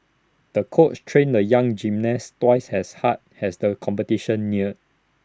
the coach trained the young gymnast twice has hard has the competition neared